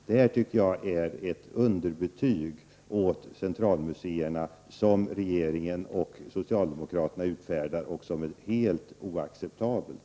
Det här tycker jag innebär att regeringen och socialdemokraterna utfärdar ett underbetyg till centralmuseerna, och detta är helt oacceptabelt.